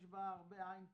יש בה הרבה עין טובה.